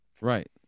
right